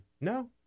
No